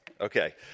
Okay